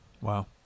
Wow